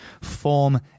form